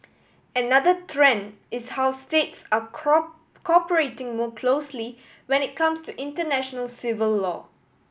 another trend is how states are cooperating more closely when it comes to international civil law